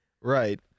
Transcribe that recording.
Right